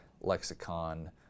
lexicon